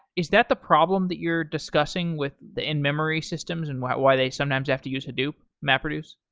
is that the problem that you're discussing with the in-memory systems, and why why they sometimes have to use hadoop mapreduce?